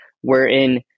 wherein